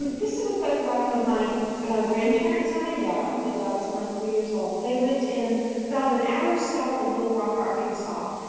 this is a photography of my grandparents and my dad. my dad was around three years old. they lived in about an hour south of little rock, arkansas.